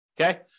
Okay